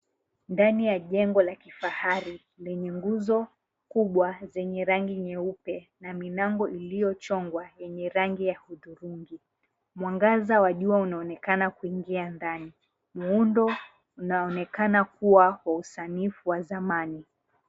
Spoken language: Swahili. Ndani ya jengo la kifahari, lenye nguzo kubwa zenye rangi nyeupe na milango iliyochongwa yenye rangi ya hudhurungi. Mwangaza wa jua unaonekana kuingia ndani. Muundo unaonekana kuwa kwa usanifu wa zamani.